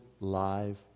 live